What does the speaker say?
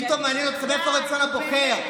פתאום מעניין אתכם איפה רצון הבוחר.